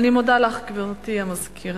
אני מודה לך, גברתי המזכירה.